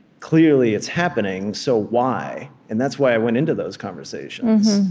clearly, it's happening so, why? and that's why i went into those conversations.